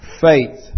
faith